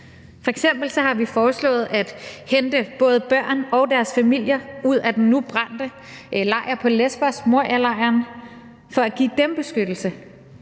har vi foreslået at hente både børn og deres familier ud af den nu brændte lejr på Lesbos, Morialejren, for at give dem beskyttelse.